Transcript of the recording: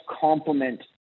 complement